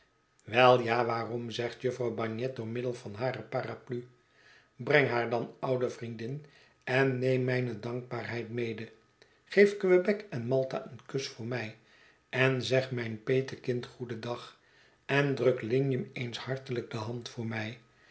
wel ja waarom zegt jufvrouw bagnet door middel van hare paraplu breng haar dan oude vriendin en neem mijne dankbaarheid mede geef quebec en malta een kus voor mij en zeg mijn petekind goedendag en druk lignum eens hartelijk de hand voor mij